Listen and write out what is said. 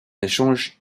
échange